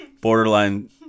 borderline